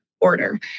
order